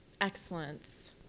excellence